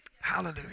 Hallelujah